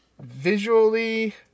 visually